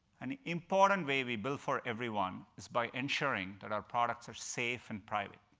an important way we build for everyone is by ensuring that our products are safe and private.